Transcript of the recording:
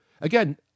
again